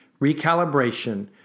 recalibration